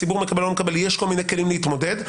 הציבור מקבל או לא מקבל יש לנו כלים להתמודד.